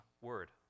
word